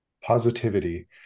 positivity